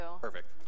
Perfect